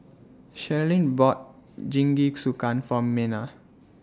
Sherilyn bought Jingisukan For Mena